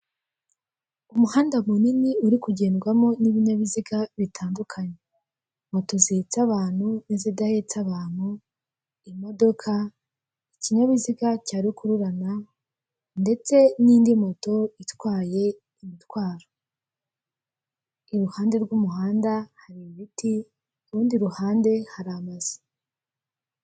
Umuhanda munini, uri kugendwamo n'ibinyabiziga bitandukanye. Moto zihetse abantu n'izidahetse abantu, imodoka, ikinyabiziga cya rukururana, ndetse n'indi moto itwaye imitwaro. Iruhande rw'umuhanda hari ibiti, ku rundi ruhande hari amazu.